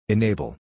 Enable